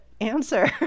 answer